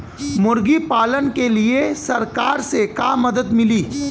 मुर्गी पालन के लीए सरकार से का मदद मिली?